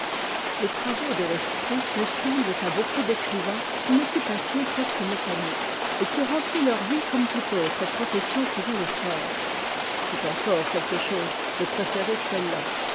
les travaux de l'esprit ne semblent à beaucoup d'écrivains qu'une occupation presque mécanique et qui remplit leur vie comme toute autre profession pourrait le faire c'est encore quelque chose de préférer celle-là